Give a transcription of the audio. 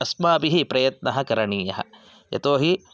अस्माभिः प्रयत्नः करणीयः यतो हि